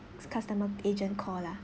it's customer agent call lah